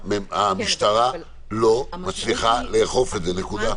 המשטרה לא מצליחה לאכוף את זה, נקודה.